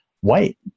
white